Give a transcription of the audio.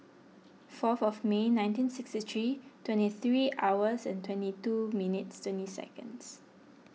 fourth of May nineteen sixty three twenty three hours and twenty two minutes twenty seconds